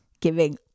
giving